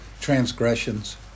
transgressions